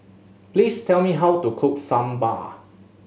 please tell me how to cook Sambar